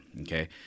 okay